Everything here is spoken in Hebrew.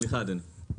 סליחה, אדוני.